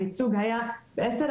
הייצוג היה 10%,